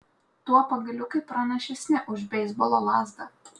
tuo pagaliukai pranašesni už beisbolo lazdą